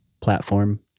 platform